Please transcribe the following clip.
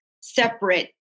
separate